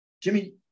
Jimmy